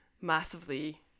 massively